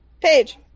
Page